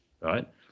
right